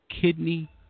kidney